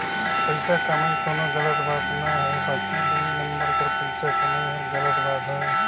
पइसा कमई कोनो गलत बात ना हे बकि दुई नंबर कर पइसा कमई हर गलत बात हवे